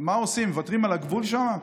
מה עושים, מוותרים על הגבול שם?